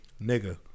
Nigga